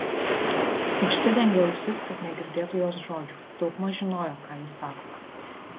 užsidengė ausis kad negirdėtų jos žodžių daugmaž žinojo ką ji sako